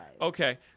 Okay